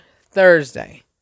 Thursday